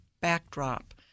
backdrop –